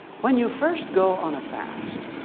when you first go on a fast,